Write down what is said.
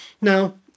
Now